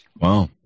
Wow